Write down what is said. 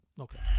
Okay